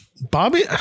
Bobby